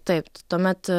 taip tuomet